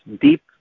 deep